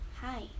hi